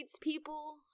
people